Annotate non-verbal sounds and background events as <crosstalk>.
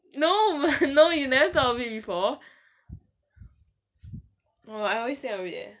no <laughs> no you never thought of it before oh I always think of it leh